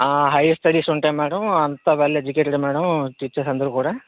hire studies ఉంటాయి madam అంత well educated madam teachers అందరు కూడా